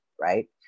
Right